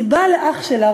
היא באה לאח שלה,